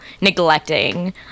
neglecting